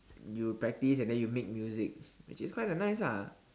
you practise and then you make music which is kinda nice lah